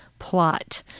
plot